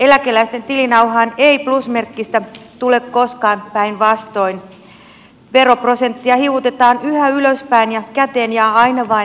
eläkeläisten tilinauhaan ei plusmerkkistä tule koskaan päinvastoin veroprosenttia hivutetaan yhä ylöspäin ja käteen jää aina vain vähemmän